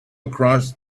across